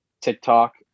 TikTok